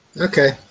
Okay